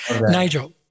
Nigel